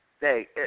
Hey